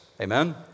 Amen